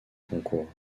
concours